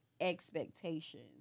expectations